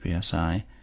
psi